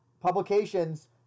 publications